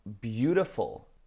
beautiful